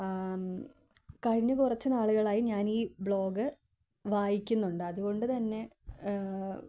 കഴിഞ്ഞ കുറച്ച് നാളുകളായി ഞാനീ ബ്ലോഗ് വായിക്കുന്നുണ്ട് അതുകൊണ്ടുതന്നെ